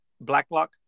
Blacklock